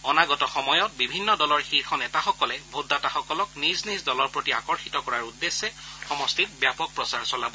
অনাগত সময়ত বিভিন্ন দলৰ শীৰ্ষ নেতাসকলে ভোটদাতাসকলক নিজ নিজ দলৰ প্ৰতি আকৰ্ষিত কৰাৰ উদ্দেশ্যে সমষ্টিটোত ব্যাপক প্ৰচাৰ চলাব